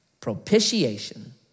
propitiation